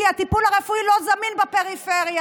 כי הטיפול הרפואי לא זמין בפריפריה,